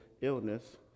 illness